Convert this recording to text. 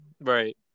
Right